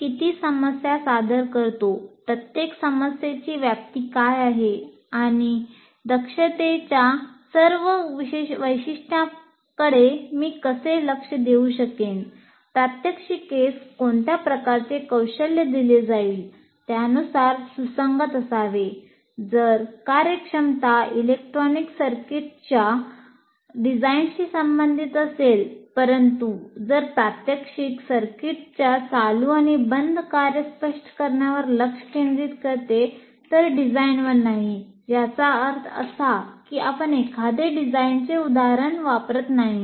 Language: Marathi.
मी किती समस्या सादर करतो प्रत्येक समस्येची व्याप्ती काय आहे आणि डिझाइनशी संबंधित असेल परंतु जर प्रात्यक्षिक सर्किटच्या चालू आणि बंद कार्य स्पष्ट करण्यावर लक्ष केंद्रित करते तर डिझाइनवर नाही याचा अर्थ असा की आपण एखादे डिझाइनचे उदाहरण वापरत नाही